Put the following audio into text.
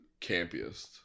campiest